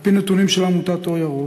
על-פי נתונים של עמותת "אור ירוק",